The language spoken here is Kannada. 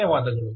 ಧನ್ಯವಾದಗಳು